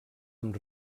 amb